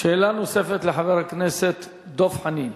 שאלה נוספת לחבר הכנסת דב חנין.